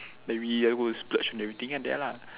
there be I go splurge everything at there lah